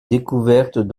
découvertes